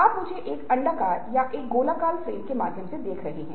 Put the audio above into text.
और वे गहन सोच कार्य के लिए मापदंड लागू करते हैं